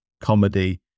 comedy